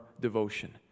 devotion